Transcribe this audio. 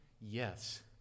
Yes